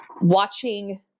watching